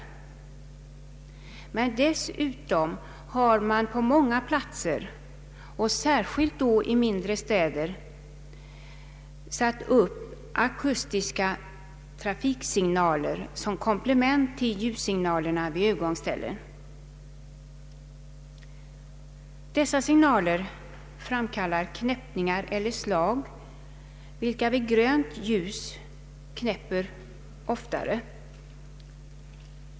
På många platser, särskilt i mindre städer, har man dessutom satt upp akustiska trafiksignaler som komplement till ljussignalerna vid övergångsställen. Dessa signaler framkallar knäppningar eller slag vilka vid grönt ljus knäpper eller slår oftare.